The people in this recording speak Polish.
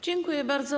Dziękuję bardzo.